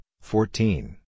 fourteen